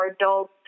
adults